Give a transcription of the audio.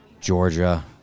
Georgia